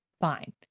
fine